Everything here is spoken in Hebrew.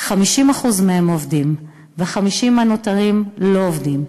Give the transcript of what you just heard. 50% מהם עובדים ו-50% הנותרים לא עובדים.